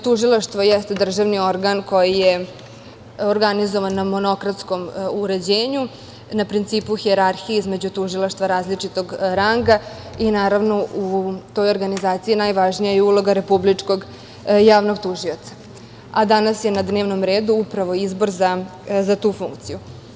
Tužilaštvo jeste državni organ koji je organizovan na monokratskom uređenju, na principu hijerarhije između tužilaštva različitog ranga i, naravno, u toj organizaciji najvažnija je uloga Republičkog javnog tužioca, a danas je na dnevnom redu upravo izbor za tu funkciju.